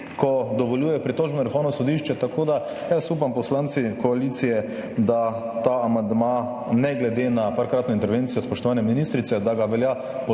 se dovoljuje pritožbo na Vrhovno sodišče, tako da upam, poslanci koalicije, da ta amandma, ne glede na nekajkratno intervencijo spoštovane ministrice, velja podpreti,